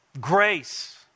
grace